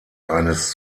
eines